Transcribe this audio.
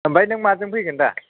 ओमफ्राय नों माजों फैगोन दा